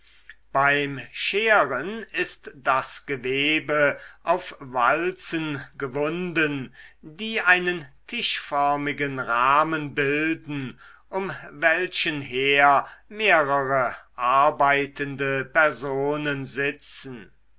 beim scheren ist das gewebe auf walzen gewunden die einen tischförmigen rahmen bilden um welchen her mehrere arbeitende personen sitzen